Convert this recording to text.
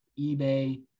eBay